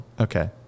Okay